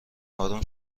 آروم